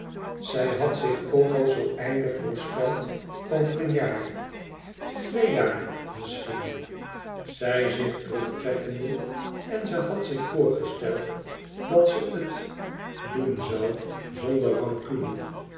zij had zich ook al zoo een einde voorgesteld over een jaar twee jaar misschien zij zich terugtrekkende en ze had zich voorgesteld dat ze het doen zoû zonder